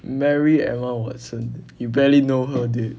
mary emma watson you barely know her dude